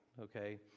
okay